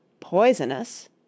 poisonous